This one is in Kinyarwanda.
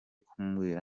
kumubwira